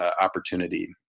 opportunity